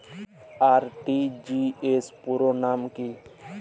RTGS পুরো নাম কি?